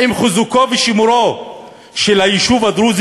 האם חיזוקו ושימורו של היישוב הדרוזי